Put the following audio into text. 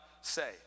say